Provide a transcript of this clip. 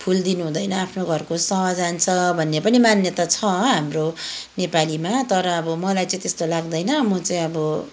फुल दिनु हुँदैन आफ्नो घरको सह जान्छ भन्ने पनि मान्यता छ हाम्रो नेपालीमा तर अब मलाई चाहिँ त्यस्तो लाग्दैन म चाहिँ अब